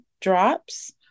drops